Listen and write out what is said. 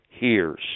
hears